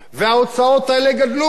וההוצאות האלה גדלו.